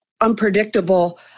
unpredictable